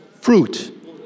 fruit